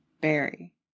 Barry